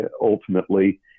ultimately